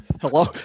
Hello